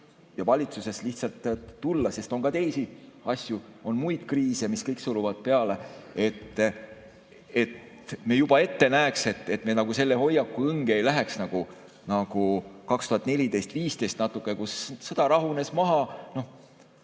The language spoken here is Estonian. ja valitsuses lihtsalt tulla, sest on ka teisi asju, on muid kriise, mis kõik suruvad peale. [Oleks vaja], et me juba ette näeks ja selle hoiaku õnge ei läheks, nagu 2014–15, kus sõda rahunes maha,